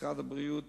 משרד הבריאות